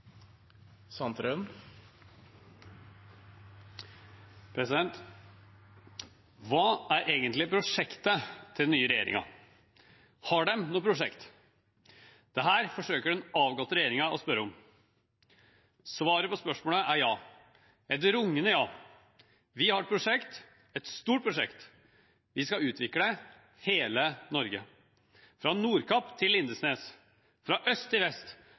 Hva er egentlig prosjektet til den nye regjeringen? Har den noe prosjekt? Dette forsøker den avgåtte regjeringen å spørre om. Svaret på spørsmålet er ja – et rungende ja. Vi har et prosjekt – et stort prosjekt. Vi skal utvikle hele Norge, fra Nordkapp til Lindesnes, fra øst til vest,